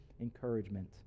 encouragement